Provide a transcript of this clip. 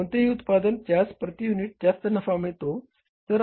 कोणतेही उत्पादन ज्यास प्रति युनिट जास्त नफा मिळतो